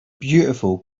beautiful